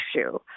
issue